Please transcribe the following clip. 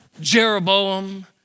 Jeroboam